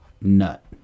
Nut